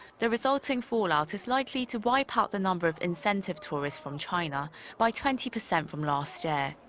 the resulting fallout is likely to wipe out the number of incentive tourists from china by twenty percent from last year.